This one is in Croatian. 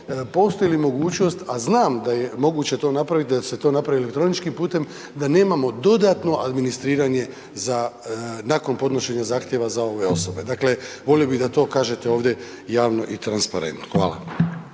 postoji li mogućnost, a znam da je moguće to napraviti, da se to napravi elektroničkim putem, da nemamo dodatno administriranje nakon podnošenja zahtjeva za ove osobe. Dakle, volio bih da to kažete ovdje javno i transparentno. Hvala.